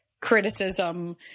criticism